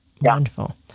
Wonderful